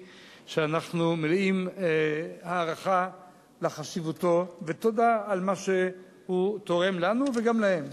שאנחנו מלאים הערכה לחשיבותו ותודה על מה שהוא תורם לנו וגם להם.